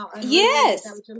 Yes